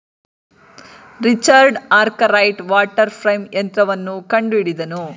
Richard Arkwright water frame ಯಂತ್ರವನ್ನು ಕಂಡುಹಿಡಿದನು